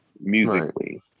musically